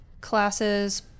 classes